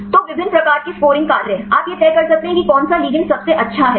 तो विभिन्न प्रकार के स्कोरिंग कार्य आप यह तय कर सकते हैं कि कौन सा लिगंड सबसे अच्छा है